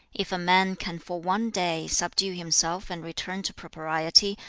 if a man can for one day subdue himself and return to propriety,